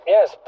Yes